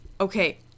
okay